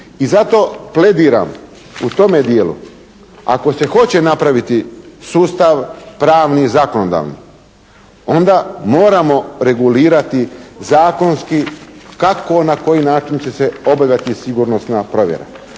I zato plediram u tome dijelu ako se hoće napraviti sustav pravni i zakonodavni onda moramo regulirati zakonski kako, na koji način će se obavljati sigurnosna provjera,